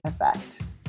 effect